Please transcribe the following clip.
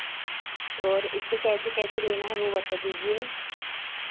और इसको कैसे कैसे लेना है वो बता दीजिए